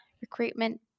recruitment